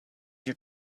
your